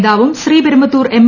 നേതാവും ശ്രീപെരുമ്പത്തൂർ എം